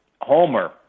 Homer